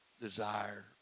desire